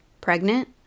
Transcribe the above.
pregnant